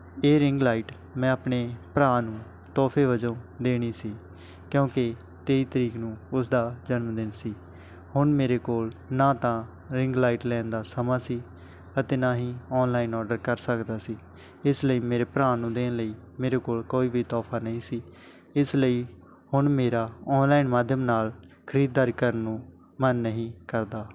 ਇਹ ring light ਮੈਂ ਆਪਣੇ ਭਰਾ ਨੂੰ ਤੋਹਫ਼ੇ ਵਜੋਂ ਦੇਣੀ ਸੀ ਕਿਉਂਕਿ ਤੇਈ ਤਰੀਕ ਨੂੰ ਉਸ ਦਾ ਜਨਮਦਿਨ ਸੀ ਹੁਣ ਮੇਰੇ ਕੋਲ ਨਾ ਤਾਂ ਰਿੰਗ ਲਾਈਟ ਲੈਣ ਦਾ ਸਮਾਂ ਸੀ ਅਤੇ ਨਾ ਹੀ ਔਨਲਾਈਨ ਔਡਰ ਕਰ ਸਕਦਾ ਸੀ ਇਸ ਲਈ ਮੇਰੇ ਭਰਾ ਨੂੰ ਦੇਣ ਲਈ ਮੇਰੇ ਕੋਲ ਕੋਈ ਵੀ ਤੋਹਫ਼ਾ ਨਹੀਂ ਸੀ ਇਸ ਲਈ ਹੁਣ ਮੇਰਾ ਔਨਲਾਈਨ ਮਾਧਿਅਮ ਨਾਲ ਖ਼ਰੀਦਦਾਰੀ ਕਰਨ ਨੂੰ ਮਨ ਨਹੀਂ ਕਰਦਾ